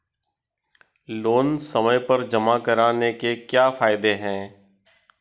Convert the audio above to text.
Loan समय पर जमा कराने के क्या फायदे हैं?